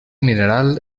mineral